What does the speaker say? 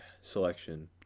selection